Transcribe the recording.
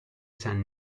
saint